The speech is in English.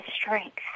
strength